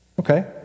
Okay